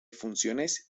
funciones